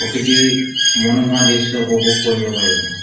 প্ৰকৃতিৰ মনোমহা দৃশ্য উপভোগ কৰিব পাৰিব